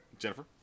Jennifer